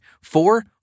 four